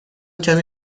کمی